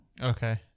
Okay